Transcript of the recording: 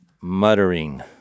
Muttering